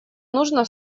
нужно